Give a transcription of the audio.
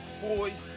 boys